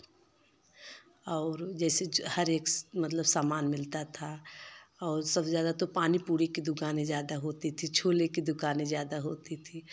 और जैसे हर एक मतलब सामान मिलता था और सबसे ज़्यादा तो पानी पूड़ी की दुकाने ज़्यादा होती थी छोले की दुकाने ज़्यादा होती थी